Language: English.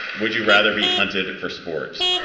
would you rather be hunted for sports?